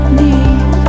need